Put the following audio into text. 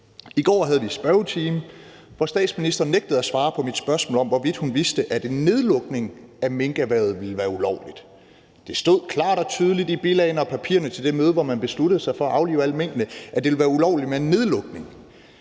I går havde vi spørgetime, hvor statsministeren nægtede at svare på mit spørgsmål om, hvorvidt hun vidste, at en nedlukning af minkerhvervet ville være ulovligt. Det stod klart og tydeligt i bilagene og papirerne til det møde, hvor man besluttede sig for at aflive alle minkene, at det ville være ulovligt med en nedlukning,